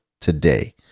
today